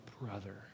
brother